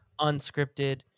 unscripted